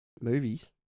Movies